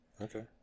Okay